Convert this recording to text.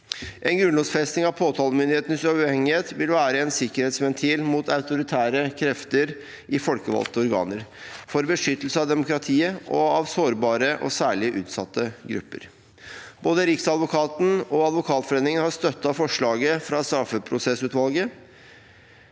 En grunnlovfesting av påtalemyndighetens uavhengighet vil være en sikkerhetsventil mot autoritære krefter i folkevalgte organer, for beskyttelse av demokratiet og av sårbare og særlig utsatte grupper. Både Riksadvokaten og Advokatforeningen har støttet forslaget fra straffeprosessutvalget.